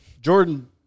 Jordan